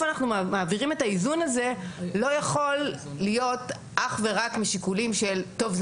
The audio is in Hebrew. אנחנו מעבירים את האיזון הזה לא יכול להיות אך ורק משיקולים של טוב,